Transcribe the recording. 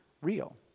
real